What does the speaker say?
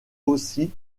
aussi